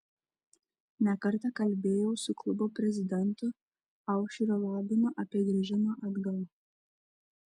ne kartą kalbėjau su klubo prezidentu aušriu labinu apie grįžimą atgal